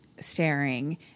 Staring